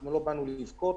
אנחנו לא באנו לבכות,